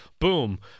boom